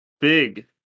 Big